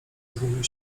zgubił